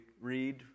read